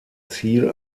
ziel